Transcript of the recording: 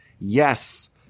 Yes